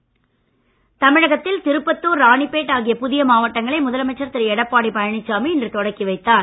புதிய மாவட்டம் தமிழகத்தில் திருப்பத்தார் ராணிபேட் ஆகிய புதிய மாவட்டங்களை முதலமைச்சர் திரு எடப்பாடி பழனிசாமி இன்று தொடங்கி வைத்தார்